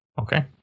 Okay